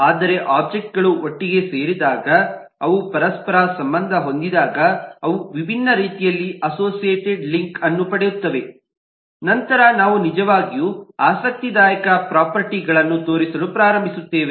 ಆದರೆ ಒಬ್ಜೆಕ್ಟ್ಗಳು ಒಟ್ಟಿಗೆ ಸೇರಿದಾಗ ಅವು ಪರಸ್ಪರ ಸಂಬಂಧ ಹೊಂದಿದಾಗ ಅವು ವಿಭಿನ್ನ ರೀತಿಯಲ್ಲಿ ಅಸೋಸಿಯೇಟೆಡ್ ಲಿಂಕ್ ಅನ್ನು ಪಡೆಯುತ್ತವೆ ನಂತರ ಅವು ನಿಜವಾಗಿಯೂ ಆಸಕ್ತಿದಾಯಕ ಪ್ರೊಪರ್ಟಿಸ್ಗಳನ್ನು ತೋರಿಸಲು ಪ್ರಾರಂಭಿಸುತ್ತವೆ